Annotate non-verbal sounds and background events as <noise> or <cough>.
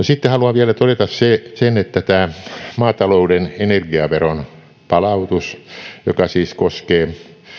<unintelligible> sitten haluan vielä todeta sen että tämä maatalouden energiaveron palautus joka siis koskee